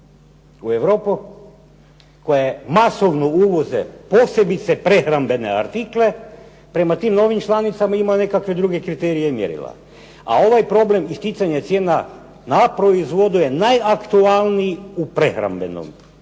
u Europu koje masovno uvoze posebice prehrambene artikle prema tim novim članicama imaju nekakve druge kriterije i mjerila. A ovaj problem isticanja cijena na proizvodu je najaktualniji u prehrambenom